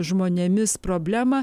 žmonėmis problemą